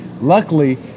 Luckily